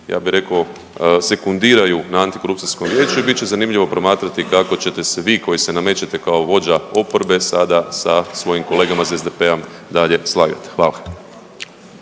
ja bi rekao sekundiraju na antikorupcijskom vijeću i bit će zanimljivo promatrati kako ćete se vi koji se namećete kao vođa oporbe sada sa svojim kolegama iz SDP-a dalje slagati. Hvala.